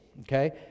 Okay